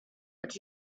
but